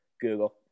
Google